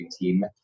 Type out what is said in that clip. team